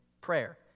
prayer